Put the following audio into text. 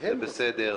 - זה בסדר.